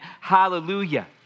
Hallelujah